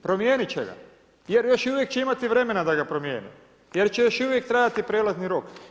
Promijeniti će ga, jer još uvijek imati vremena da ga promjene, jer će još uvijek trajati prelazni rok.